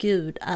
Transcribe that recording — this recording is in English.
Gud